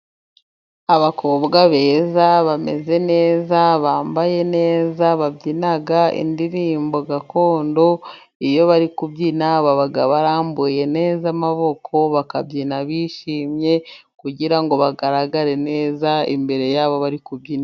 Abakobwa beza, bameze neza, bambaye neza, babyina indirimbo gakondo, iyo bari kubyina barambuye neza amaboko, bakabyina bishimye kugirango bagaragare neza imbere yabo bari kubyina.